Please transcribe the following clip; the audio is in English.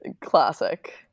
classic